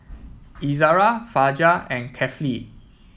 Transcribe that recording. Izara Fajar and Kefli